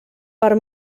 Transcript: per